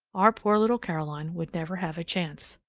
our poor little caroline would never have a chance.